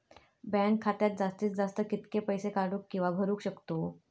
Bank खात्यात जास्तीत जास्त कितके पैसे काढू किव्हा भरू शकतो?